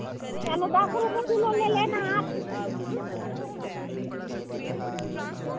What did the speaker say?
अच्छा चलो दस रुपये किलो ले लेना आप